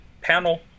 panel